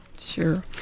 Sure